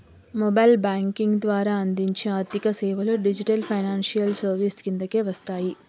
mobile banking ద్వారా అందించే ఆర్థిక సేవలు డిజిటల్ ఫైనాన్షియల్ సర్వీసెస్ కిందకే వస్తాయి